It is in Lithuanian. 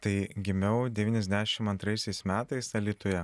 tai gimiau devyniasdešim antraisiaisiais metais alytuje